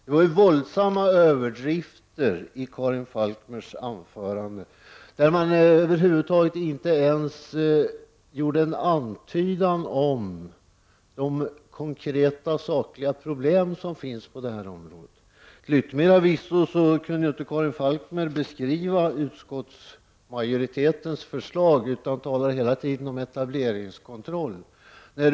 Det var våldsamma överdrifter i Karin Falkmers anförande. Det fanns över huvud taget inte en antydan om de konkreta problem som finns på det här området. Till yttermera visso kunde Karin Falkmer inte beskriva utskottsmajoritetens förslag, utan hon talade hela tiden om etableringskontroll.